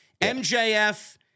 MJF